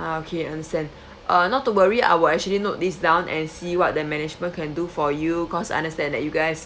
ah okay understand uh not to worry I will actually note these down and see what the management can do for you because I understand that you guys